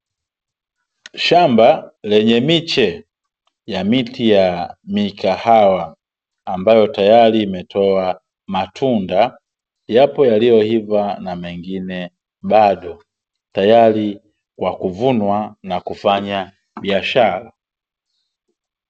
Shamba lenye miche ya miti ya mikahawa, ambayo tayari imetoa matunda. Yapo yaliyoiva na mengine bado, tayari kwa kuvunwa na kufanya biashara.